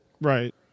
right